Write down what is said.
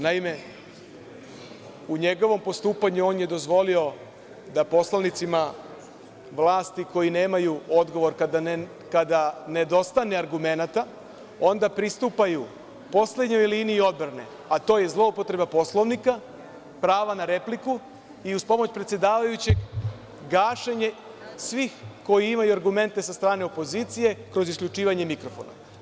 Naime, u njegovom postupanju on je dozvolio da poslanicima vlasti koji nemaju odgovor, kada nedostane argumenata, onda pristupaju poslednjoj liniji odbrane, a to je zloupotreba Poslovnika, prava na repliku i uz pomoć predsedavajućeg gašenje svih koji imaju argumente sa strane opozicije kroz isključivanje mikrofona.